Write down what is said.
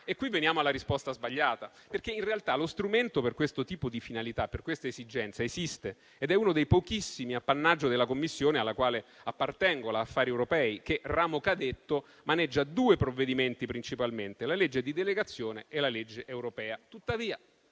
E qui veniamo alla risposta sbagliata, perché in realtà lo strumento per questo tipo di finalità e per questa esigenza esiste ed è uno dei pochissimi appannaggio della Commissione alla quale appartengo, la affari europei, che, ramo cadetto, maneggia due provvedimenti principalmente: la legge di delegazione e la legge europea.